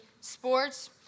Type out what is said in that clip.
sports